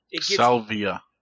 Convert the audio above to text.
Salvia